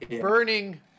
burning